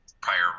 prior